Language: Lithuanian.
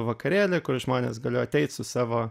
vakarėlį kur žmonės galėjo ateit su savo